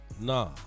nah